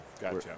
Gotcha